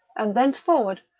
and thenceforward,